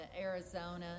Arizona